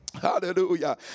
Hallelujah